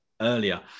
earlier